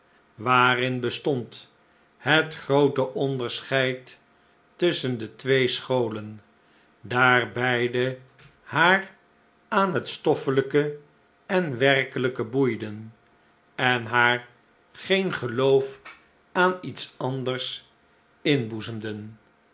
waarin bestond het groote onderscheid tusschen de twee scholen daar beide haar aan het stoffelijke en werkelijke boeiden en haar geen geloof aan iets anders